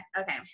okay